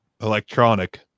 electronic